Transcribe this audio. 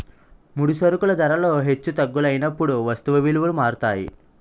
ముడి సరుకుల ధరలు హెచ్చు తగ్గులైనప్పుడు వస్తువు విలువలు మారుతాయి